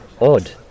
odd